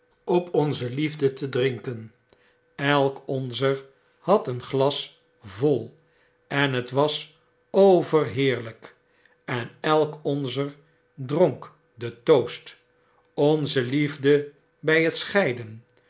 op onze liefde te drinken elk onzer had een glas vol en het was overheerlijk en elk onzer dronk den toast onze liefde by het scheiden